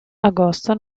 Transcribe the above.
agosto